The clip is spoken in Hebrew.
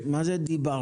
מה זה דיברנו?